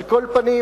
על כל פנים,